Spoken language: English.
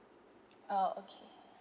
ah okay